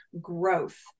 growth